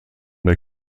der